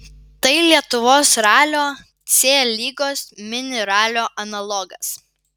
tai lietuvos ralio c lygos mini ralio analogas